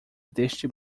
deste